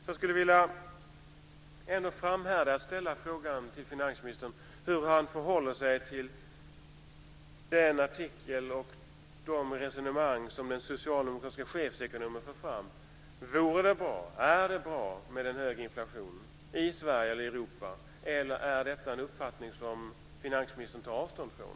Jag skulle ändå vilja framhärda med att ställa frågan till finansministern om hur han förhåller sig till den artikel och de resonemang som den socialdemokratiske chefsekonomen för fram. Är det bra med en hög inflation, i Sverige eller i Europa, eller är detta en uppfattning som finansministern tar avstånd från?